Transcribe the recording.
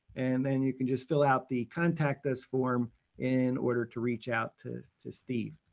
and then you can just fill out the contact us form in order to reach out to to steve.